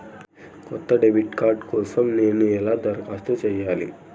కొత్త debit card కోసం నేను ఎలా దరఖాస్తు చేయాలి?